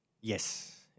Yes